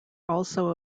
also